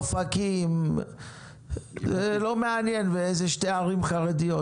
אופקים ואיזה שתי ערים חרדיות,